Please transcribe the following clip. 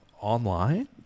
online